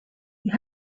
you